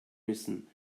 müssen